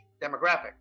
demographic